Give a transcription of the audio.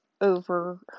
over